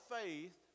faith